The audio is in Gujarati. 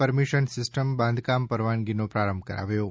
પરમિશન સિસ્ટમ બાંધકામ પરવાનગીનો પ્રારંભ કરાવ્યો છે